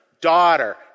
daughter